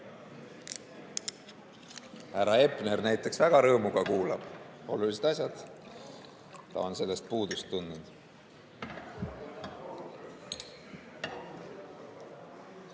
Härra Hepner näiteks väga rõõmuga kuulab – olulised asjad, ta on sellest puudust tundnud.